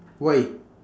why